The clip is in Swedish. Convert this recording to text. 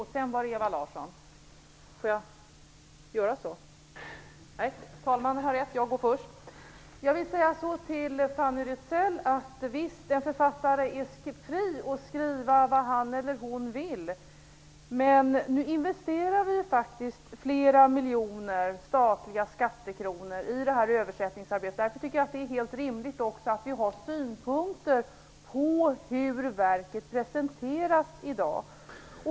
Herr talman! Visst är en författare fri att skriva vad han eller hon vill. Men nu investerar vi faktiskt flera miljoner statliga skattekronor i översättningsarbetet. Därför tycker jag att det är helt rimligt att vi har synpunkter på hur verket presenteras.